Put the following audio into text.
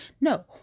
No